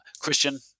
Christian